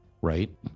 right